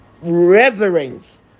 reverence